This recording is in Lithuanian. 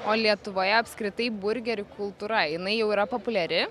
o lietuvoje apskritai burgerių kultūra jinai jau yra populiari